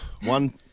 one